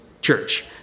church